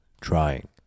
trying